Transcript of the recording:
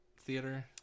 theater